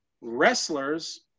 wrestlers